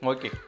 Okay